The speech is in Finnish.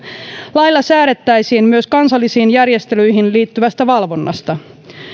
lailla säädettäisiin myös kansallisiin järjestelyihin liittyvästä valvonnasta